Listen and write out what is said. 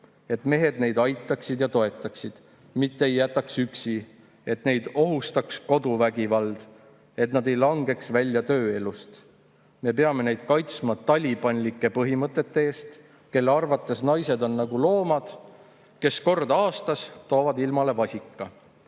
Et mehed neid aitaksid ja toetaksid, mitte ei jätaks üksi, et neid ei ohustaks koduvägivald, et nad ei langeks välja tööelust. Me peame neid kaitsma talibanlike põhimõtete eest, kelle arvates naised on nagu loomad, kes kord aastas toovad ilmale ühe vasika.